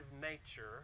nature